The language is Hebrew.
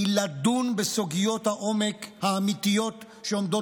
היא לדון בסוגיות העומק האמיתיות שעומדות